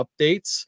updates